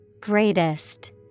Greatest